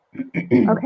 Okay